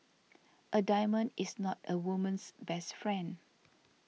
a diamond is not a woman's best friend